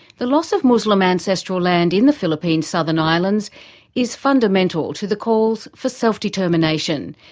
the loss of muslim ancestral land in the philippines southern islands is fundamental to the calls for self-determination,